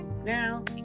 now